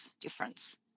difference